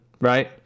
right